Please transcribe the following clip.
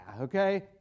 Okay